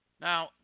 Now